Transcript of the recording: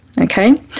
okay